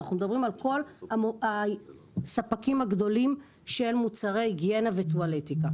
אנחנו מדברים על כל הספקים הגדולים של מוצרי היגיינה וטואלטיקה.